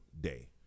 day